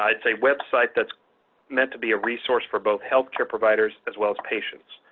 it's a website that's meant to be a resource for both healthcare providers as well as patients.